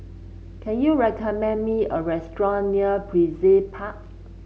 can you recommend me a restaurant near Brizay Park